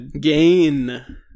Gain